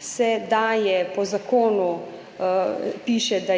ker po zakonu piše, da